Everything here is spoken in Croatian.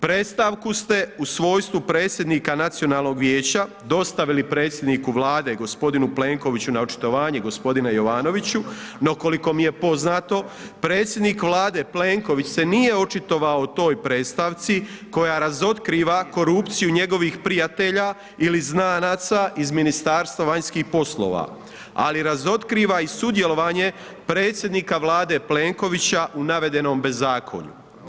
Predstavku ste u svojstvu predsjednika Nacionalnog vijeća, dostavili predsjedniku Vlade g. Plenkoviću na očitovanje, g. Jovanoviću no koliko mi je poznao, predsjednik Vlade Plenković se nije očitovao toj predstavci koja razotkriva korupciju njegovih prijatelja ili znanaca iz Ministarstva vanjskih poslova ali razotkriva i sudjelovanje predsjednika Vlade Plenkovića u navedenom bezakonju.